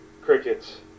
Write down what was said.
crickets